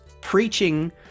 preaching